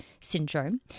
syndrome